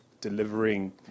delivering